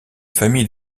famille